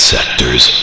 Sector's